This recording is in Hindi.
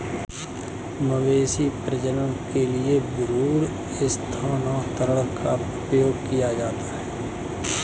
मवेशी प्रजनन के लिए भ्रूण स्थानांतरण का उपयोग किया जाता है